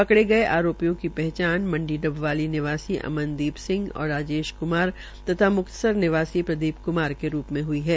पकड़े गए आरोपियों की पहचान मंडी डबवाली निवासी अमरदीप सिंह और राजेश कुमार तथा मुक्तसर निवासी प्रदीप कुमार के रूप में हुई है